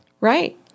Right